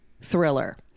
thriller